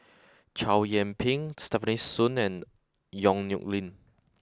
Chow Yian Ping Stefanie Sun and Yong Nyuk Lin